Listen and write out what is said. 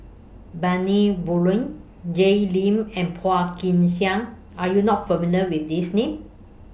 Bani Buang Jay Lim and Phua Kin Siang Are YOU not familiar with These Names